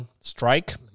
strike